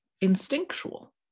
instinctual